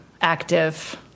active